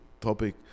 topic